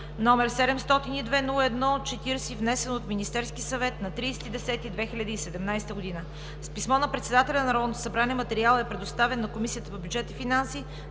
г., № 702-01-40, внесен от Министерския съвет на 30 октомври 2017 г. С писмо на Председателя на Народното събрание материалът е предоставен на Комисията по бюджет и финанси,